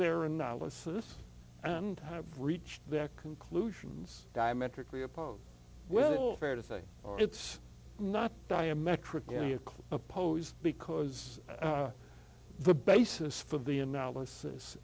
their analysis and have reached their conclusions diametrically opposed well fair to say it's not diametrically a call opposed because the basis for the analysis